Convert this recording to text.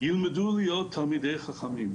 ילמדו להיות תלמידי חכמים,